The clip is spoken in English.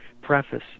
preface